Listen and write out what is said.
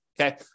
Okay